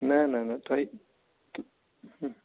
نہَ نہَ نہَ تۄہہِ